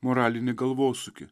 moralinį galvosūkį